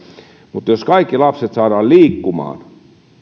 mutta jos kaikki lapset saadaan liikkumaan